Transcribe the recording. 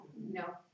No